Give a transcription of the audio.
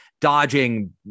dodging